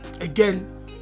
Again